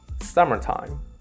Summertime